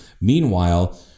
Meanwhile